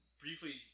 briefly